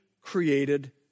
created